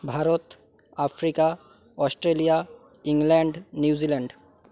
Bharat Africa Australia England New Zealand